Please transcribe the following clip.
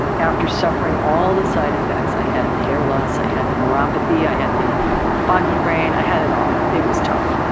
after suffering all the side effects i had the hair loss, i had the neuropathy i had the foggy brain. i had it all. it was tough.